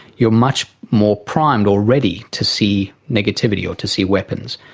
you are much more primed or ready to see negativity or to see weapons,